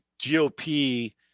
GOP